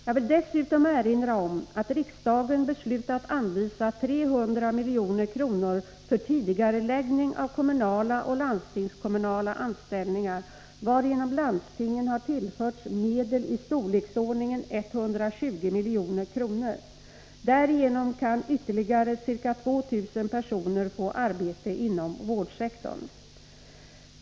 Jag vill dessutom erinra om att riksdagen beslutat anvisa 300 milj.kr. för tidigareläggning av kommunala och landstingskommunala anställningar, varigenom landstingen har tillförts medel i storleksordningen 120 milj.kr. Därigenom kan ytterligare ca 2 000 personer få arbete inom vårdsektorn.